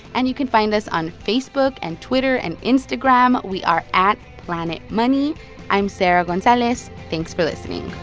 and you can find us on facebook and twitter and instagram. we are at planetmoney. i'm sarah gonzalez. thanks for listening